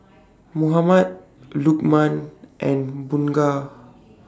Muhammad Lokman and Bunga